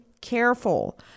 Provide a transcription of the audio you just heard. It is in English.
careful